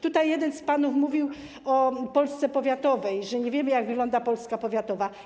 Tutaj jeden z panów posłów mówił o Polsce powiatowej, o tym, że nie wiemy, jak wygląda Polska powiatowa.